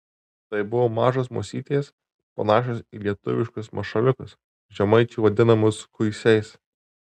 tai buvo mažos musytės panašios į lietuviškus mašaliukus žemaičių vadinamus kuisiais